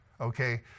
okay